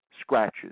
scratches